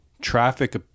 traffic